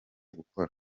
gukora